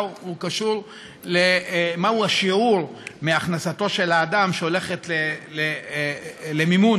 קשור לשיעור מהכנסתו של האדם שהולכת למימון,